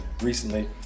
recently